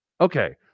Okay